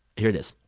here it is.